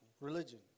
Religion